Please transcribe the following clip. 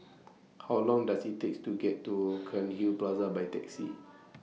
How Long Does IT Take to get to Cairnhill Plaza By Taxi